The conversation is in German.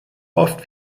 oft